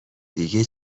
دیگه